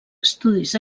estudis